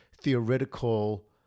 theoretical